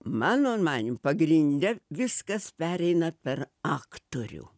mano manymu pagrinde viskas pereina per aktorių